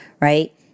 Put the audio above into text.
Right